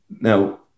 Now